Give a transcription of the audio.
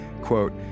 quote